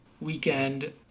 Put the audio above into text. weekend